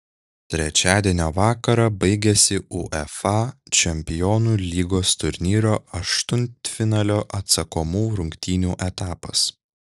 trečiadienio vakarą baigėsi uefa čempionų lygos turnyro aštuntfinalio atsakomų rungtynių etapas